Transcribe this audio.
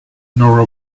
nor